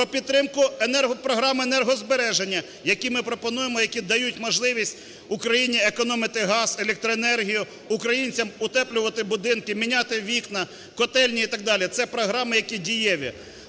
про підтримку енергопрограми енергозбереження, які ми пропонуємо, які дають можливість Україні економити газ, електроенергію, українцям утеплювати будинки, міняти вікна, котельні і так далі. Це програми, які дієві.